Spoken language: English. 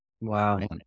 Wow